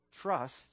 trust